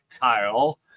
Kyle